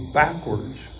backwards